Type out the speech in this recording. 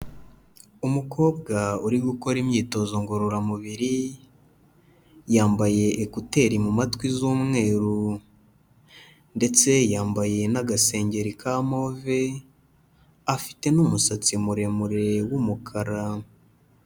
Umukobwa uri gukora imyitozo ngororamubiri, yambaye ekuteri mu matwi z'umweru ndetse yambaye n'agasengeri ka move, afite n'umusatsi muremure w'umukara.